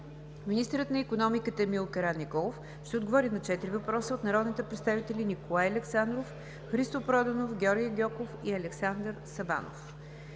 Министърът на икономиката Емил Караниколов ще отговори на четири въпроса от народните представители Николай Александров, Христо Проданов, Георги Гьоков и Александър Сабанов.